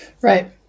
right